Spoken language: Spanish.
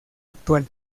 actual